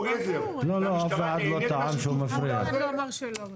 הוא עזר והמשטרה נהנית משיתוף הפעולה הזה.